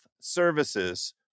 Services